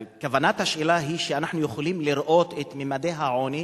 כוונת השאלה היא שאנחנו יכולים לראות את ממדי העוני